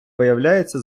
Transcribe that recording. виявляється